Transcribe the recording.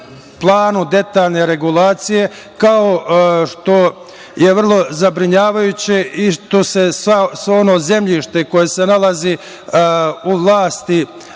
detaljne regulacije, kao što je vrlo zabrinjavajuće i što se sve ono zemljište koje se nalazi u vlasti